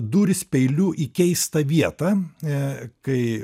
dūris peiliu į keistą vietą e kai